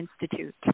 Institute